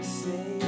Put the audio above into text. say